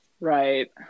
Right